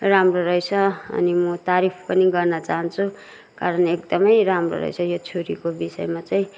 राम्रो रहेछ अनि म तारीफ पनि गर्न चाहन्छु कारण एकदमै राम्रो रहेछ यो छुरीको विषयमा चाहिँ